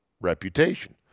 reputation